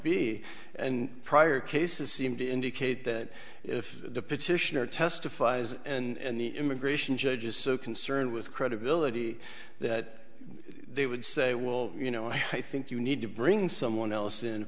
be and prior cases seem to indicate that if the petitioner testifies and the immigration judge is so concerned with credibility that they would say well you know i think you need to bring someone else in